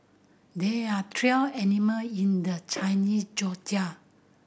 there are twelve animal in the Chinese Zodiac